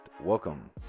Welcome